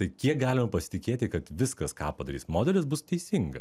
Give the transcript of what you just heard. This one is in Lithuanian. tai kiek galima pasitikėti kad viskas ką padarys modelis bus teisinga